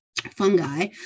fungi